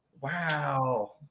Wow